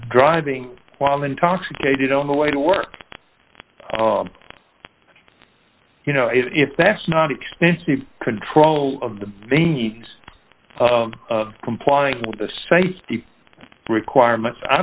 driving while intoxicated on the way to work you know if that's not expensive control of the complying with the safety requirements i